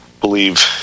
believe